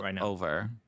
over